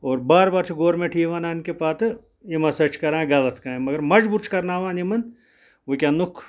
اور بار بار چھِ گورمٮ۪نٛٹ یی وَنان کہِ پَتہٕ یِم ہَسا چھِ کَران غلط کامہِ مگر مجبوٗر چھِ کَرناوان یِمَن وٕنۍکٮ۪نُک